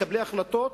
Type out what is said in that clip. מקבלי החלטות,